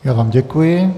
Já vám děkuji.